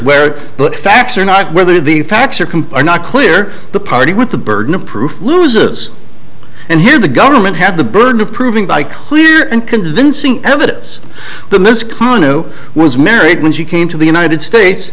where the facts are not whether the facts are compare not clear the party with the burden of proof loses and here the government have the burden of proving by clear and convincing evidence the miss kanu was married when she came to the united states